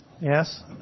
yes